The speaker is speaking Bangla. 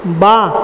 বাঁ